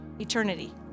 Eternity